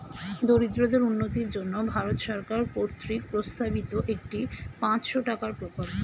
দরিদ্রদের উন্নতির জন্য ভারত সরকার কর্তৃক প্রস্তাবিত একটি পাঁচশো টাকার প্রকল্প